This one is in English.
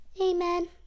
Amen